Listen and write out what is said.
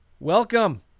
Welcome